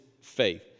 faith